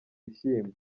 bishyimbo